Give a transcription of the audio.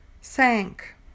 Sank